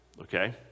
Okay